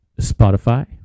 Spotify